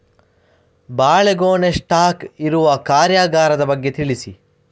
ಬಾಳೆಗೊನೆ ಸ್ಟಾಕ್ ಇಡುವ ಕಾರ್ಯಗಾರದ ಬಗ್ಗೆ ತಿಳಿಸಿ